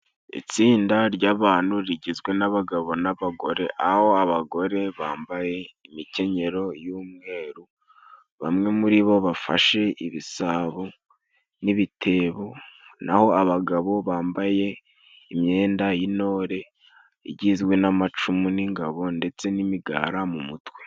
Itsinda ry'abantu rigizwe n'abagabo n'abagore ;aho abagore bambaye imikenyero y'umweru bamwe muri bo bafashe ibisabo n'ibitebo, naho abagabo bambaye imyenda y'intore igizwe n'amacumu, n'ingabo ndetse n'imigara mu mutwe.